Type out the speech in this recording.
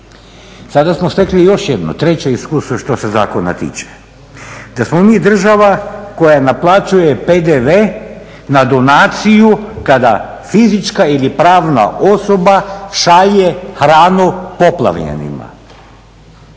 Sada smo tekli još jedno, treće iskustvo što se zakona tiče. Da smo mi država koja naplaćuje PDV na donaciju kada fizička ili pravna osoba šalje hranu poplavljenima.